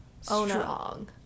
Strong